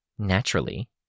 Naturally